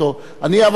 אבל אתה מבין,